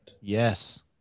Yes